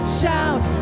shout